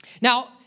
Now